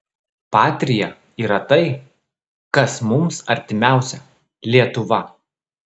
patria yra tai kas mums artimiausia lietuva